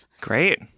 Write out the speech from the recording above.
Great